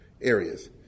areas